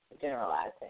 generalizing